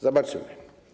Zobaczymy.